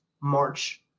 March